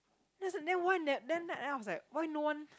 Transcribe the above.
then then why ne~ then I was like why no one